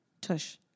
Tush